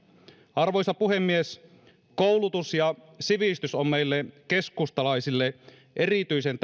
arvoisa puhemies koulutus ja sivistys on meille keskustalaisille erityisen